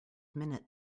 minute